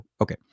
Okay